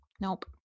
Nope